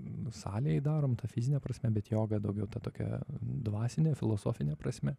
nu salėj darom ta fizine prasme bet joga daugiau ta tokia dvasine filosofine prasme